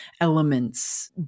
elements